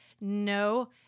no